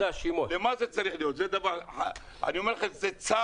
זה צו השעה, אני אומר לכם.